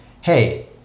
hey